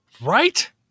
Right